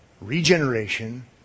regeneration